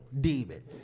demon